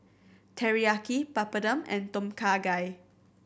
Teriyaki Papadum and Tom Kha Gai